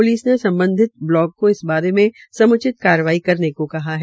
police ने सम्बधित blog को इस बारे में सम्चित कार्रवाई करने को कहा है